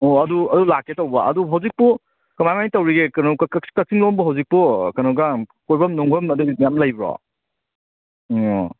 ꯑꯣ ꯑꯗꯨ ꯑꯗꯨ ꯂꯥꯛꯀꯦ ꯇꯧꯕ ꯑꯗꯨ ꯍꯧꯖꯤꯛꯄꯨ ꯀꯃꯥꯏ ꯀꯃꯥꯏꯅ ꯇꯧꯔꯤꯒꯦ ꯀꯩꯅꯣ ꯀꯥꯛꯆꯤꯡ ꯂꯣꯝꯕꯣ ꯍꯧꯖꯤꯛꯄꯨ ꯀꯩꯅꯣꯒ ꯀꯣꯏꯐꯝ ꯅꯣꯝꯐꯝ ꯑꯗꯒꯤ ꯃꯌꯥꯝ ꯂꯩꯕ꯭ꯔꯣ ꯑꯣ